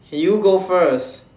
can you go first